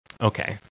Okay